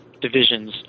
divisions